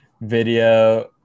video